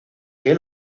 que